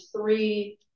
three